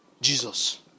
Jesus